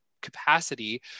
capacity